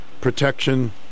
protection